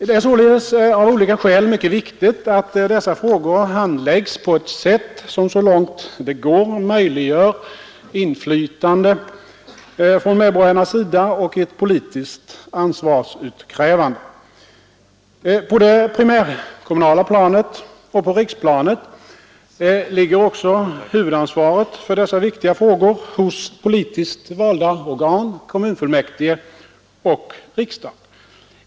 Det är således av olika skäl mycket viktigt att dessa frågor handläggs på ett sätt som så långt det går möjliggör inflytande från medborgarnas sida och ett politiskt ansvarsutkrävande. På det primärkommunala planet och på riksplanet ligger också huvudansvaret för dessa viktiga frågor hos politiskt valda organ, kommunfullmäktige och riksdag.